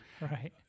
Right